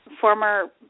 former